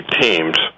teams